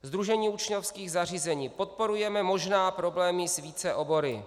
Sdružení učňovských zařízení: Podporujeme, možná problémy s více obory.